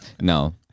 no